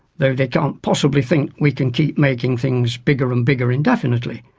though they can't possibly think we can keep making things bigger and bigger indefinitely.